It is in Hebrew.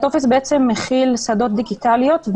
הטופס מכיל שדות דיגיטליים,